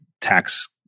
tax